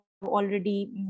already